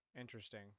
Interesting